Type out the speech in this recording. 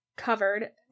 covered